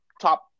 top